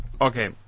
okay